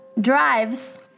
drives